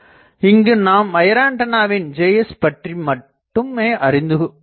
இங்கு நாம் வயர் ஆண்டனாவின் Js பற்றி மட்டுமே அறிந்துள்ளோம்